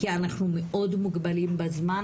כי אנחנו מאוד מוגבלים בזמן.